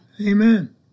Amen